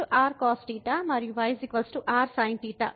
x r cosθ మరియు y r sinθ